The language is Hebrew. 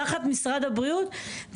תחת משרד הבריאות,